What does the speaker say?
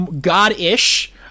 god-ish